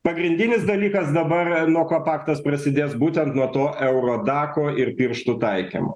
pagrindinis dalykas dabar nuo ko paktas prasidės būtent nuo to euro dako ir pirštų taikymo